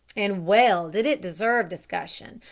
and well did it deserve discussion,